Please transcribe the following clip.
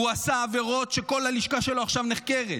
הוא עשה עבירות, שכל הלשכה שלו עכשיו נחקרת.